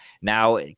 Now